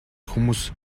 хүмүүс